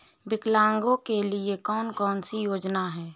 विकलांगों के लिए कौन कौनसी योजना है?